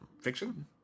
fiction